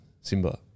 Simba